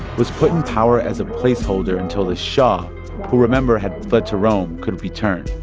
was put in power as a placeholder until the shah who, remember, had fled to rome could return.